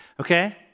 Okay